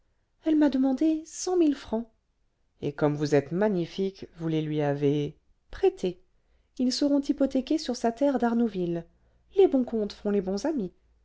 elle m'a demandé cent mille francs et comme vous êtes magnifique vous les lui avez prêtés ils seront hypothéqués sur sa terre d'arnouville les bons comptes font les bons amis